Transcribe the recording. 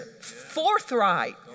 forthright